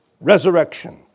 resurrection